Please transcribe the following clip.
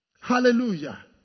Hallelujah